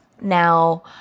Now